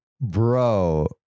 Bro